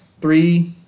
Three